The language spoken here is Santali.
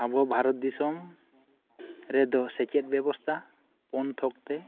ᱟᱵᱚ ᱵᱷᱟᱨᱚᱛ ᱫᱤᱥᱟᱹᱢ ᱨᱮᱫᱚ ᱥᱮᱪᱮᱫ ᱵᱮᱵᱚᱥᱛᱟ ᱯᱩᱱᱛᱷᱚᱠ ᱛᱮ